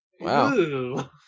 wow